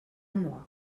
mois